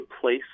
place